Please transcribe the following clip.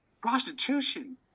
Prostitution